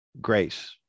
grace